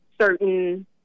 certain